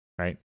right